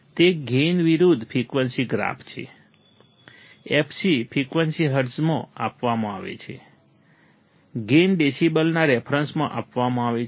તે ગેઇન વિરુદ્ધ frequency graph છે fc ફ્રિકવન્સી હર્ટ્ઝમાં આપવામાં આવે છે ગેઇન ડેસિબલના રેફરન્સમાં આપવામાં આવે છે